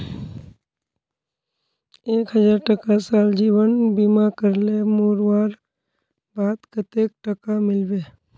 एक हजार टका साल जीवन बीमा करले मोरवार बाद कतेक टका मिलबे?